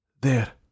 There